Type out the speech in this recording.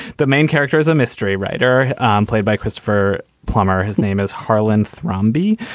the main character is a mystery writer um played by christopher plummer. his name is harlan thrombin.